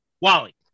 Wally